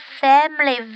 family